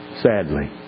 sadly